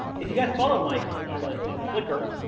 if you got to follow mike on on ah on the flickr,